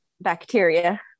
bacteria